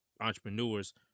entrepreneurs